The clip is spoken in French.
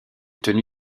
tenue